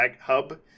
hub